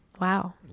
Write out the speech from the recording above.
wow